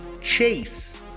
Chase